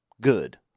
good